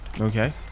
okay